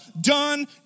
done